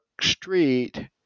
street